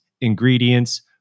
ingredients